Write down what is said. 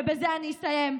ובזה אני אסיים,